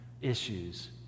issues